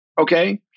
okay